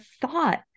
thought